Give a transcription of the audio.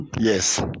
Yes